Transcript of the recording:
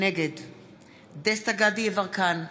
נגד דסטה יברקן,